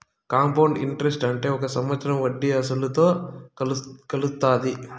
compound interest అంటే ఒక సంవత్సరం వడ్డీ అసలుతో కలుత్తాది